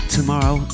Tomorrow